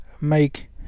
make